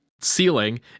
ceiling